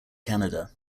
canada